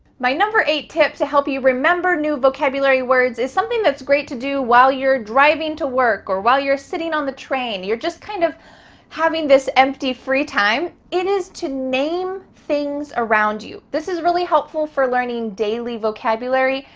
my number eight tip to help you remember new vocabulary words is something that's great to do while you're driving to work or while you're sitting on the train. you're just kind of having this empty free time. it is to name things around you. this is really helpful for learning daily vocabulary,